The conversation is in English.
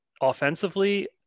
offensively